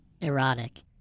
Erotic